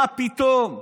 מה פתאום?